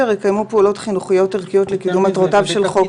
יקיימו פעולות חינוכיות ערכיות לקידום מטרותיו של חוק זה.